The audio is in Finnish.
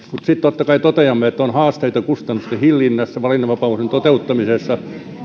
mutta sitten totta kai toteamme että on haasteita kustannusten hillinnässä valinnanvapauden toteuttamisessa